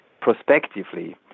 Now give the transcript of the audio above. prospectively